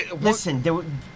Listen